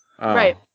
Right